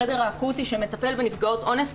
החדר האקוטי שמטפל בנפגעות אונס,